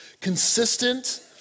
consistent